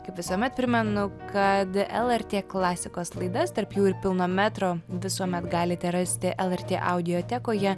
kaip visuomet primenu kad lrt klasikos laidas tarp jų ir pilno metro visuomet galite rasti lrt audiotekoje